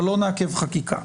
אבל לא נעכב חקיקה.